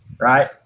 right